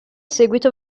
seguito